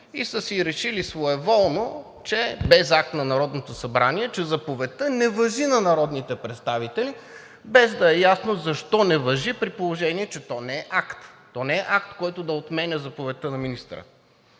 и са си решили своеволно, че без акт на Народното събрание, че заповедта не важи за народните представители, без да е ясно защо не важи, при положение че то не е акт, който да отменя заповедта на министъра.